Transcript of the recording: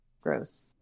gross